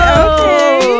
okay